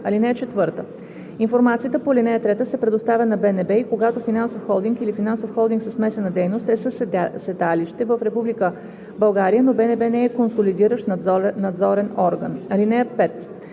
и 6. (4) Информацията по ал. 3 се предоставя на БНБ и когато финансов холдинг или финансов холдинг със смесена дейност е със седалище в Република България, но БНБ не е консолидиращ надзорен орган. (5)